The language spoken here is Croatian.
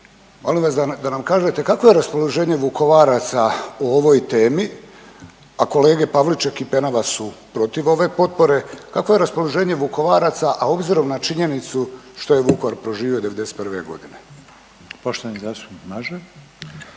molim vas da nam kažete, kakvo je raspoloženje Vukovaraca o ovoj temi, a kolege Pavliček i Penava su protiv ove potpore, kakvo je raspoloženje Vukovaraca, a obzirom na činjenicu što je Vukovar proživio '91. g.? **Reiner,